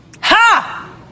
Ha